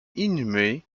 inhumé